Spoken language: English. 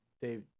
Dave